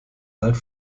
halt